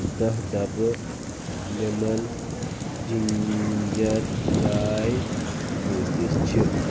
دَہ ڈبہٕ lemon ginger چاے کٍتِس چھِ